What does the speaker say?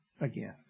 again